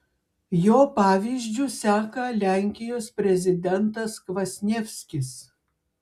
jo pavyzdžiu seka lenkijos prezidentas kvasnievskis